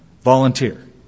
volunteer